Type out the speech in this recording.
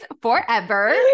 forever